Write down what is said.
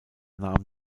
nahm